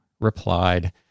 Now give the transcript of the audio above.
replied